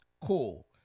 cool